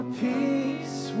peace